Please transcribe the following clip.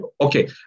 Okay